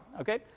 Okay